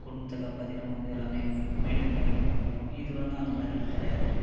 குடும்பத்தை காப்பாற்றி நம்ம வந்து எல்லாமே மெயின்டெயின் பண்ணிட்டு போக முடியும் இதில் வந்து அந்த மாதிரிலாம் கிடையாது